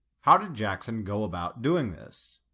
how did jackson go about doing this?